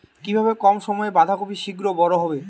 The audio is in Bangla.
কিভাবে কম সময়ে বাঁধাকপি শিঘ্র বড় হবে?